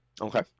Okay